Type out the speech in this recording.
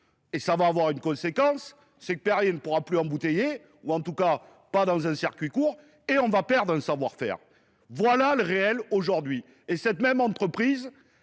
Et ça va avoir une conséquence, c'est que Paris ne pourra plus embouteiller, ou en tout cas pas dans un circuit court, et on va perdre un savoir-faire. Voilà le réel aujourd'hui. Et cette même entreprise,